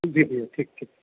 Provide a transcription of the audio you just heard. जी भैया ठीक ठीक